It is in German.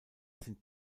sind